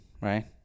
Right